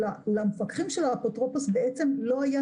שלמפקחים של האפוטרופוס בעצם לא הייתה